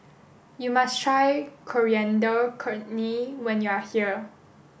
you must try Coriander Chutney when you are here